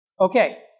Okay